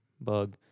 bug